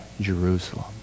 Jerusalem